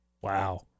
Wow